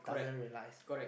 correct correct